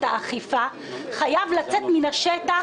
זה באמת לשנות את המציאות בשטח לסביבה טובה יותר,